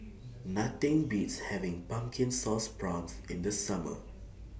Nothing Beats having Pumpkin Sauce Prawns in The Summer